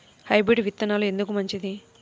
Hybrid విత్తనాలు ఎందుకు మంచిది?